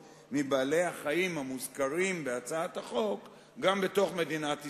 מבעלי-החיים המוזכרים בהצעת החוק גם בתוך מדינת ישראל.